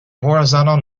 horizontal